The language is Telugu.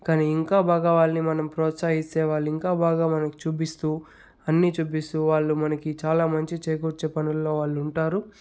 కాని ఇంకా బాగా వాళ్ళని మనం ప్రోత్సహిస్తే వాళ్ళు ఇంకా బాగా మనకి చూపిస్తూ అన్ని చూపిస్తూ వాళ్ళు మనకి చాలా మంచి చేకూర్చే పనుల్లో వాళ్ళు ఉంటారు